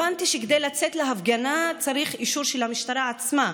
הבנתי שכדי לצאת להפגנה צריך אישור של המשטרה עצמה,